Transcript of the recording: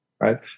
right